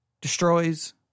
destroys